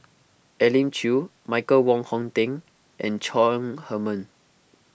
Elim Chew Michael Wong Hong Teng and Chong Heman